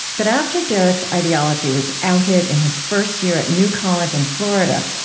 but after derek's ideology was outed in his first year at new college in florida,